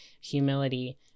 humility